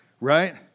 Right